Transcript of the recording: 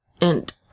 And